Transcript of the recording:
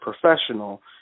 professional